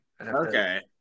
Okay